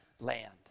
land